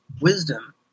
wisdom